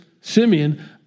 Simeon